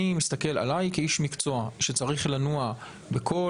אני מסתכל עלי כאיש מקצוע שצריך לנוע בכל